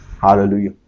Hallelujah